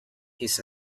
his